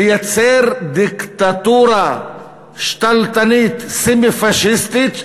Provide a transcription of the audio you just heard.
לייצר דיקטטורה שתלטנית סמי-פאשיסטית,